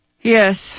Yes